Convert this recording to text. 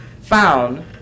found